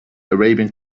arabian